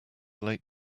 late